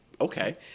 Okay